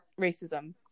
racism